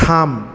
থাম